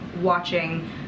watching